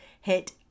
hit